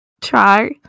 try